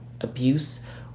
abuse